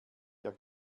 ihr